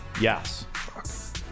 Yes